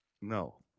no